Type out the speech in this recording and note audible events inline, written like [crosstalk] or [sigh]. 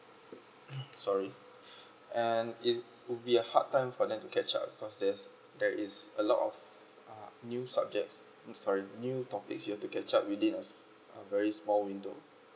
[noise] sorry and it would be a hard time for them to catch up because there's there is a lot of uh new subjects I'm sorry new topics you have to catch up within uh a very small window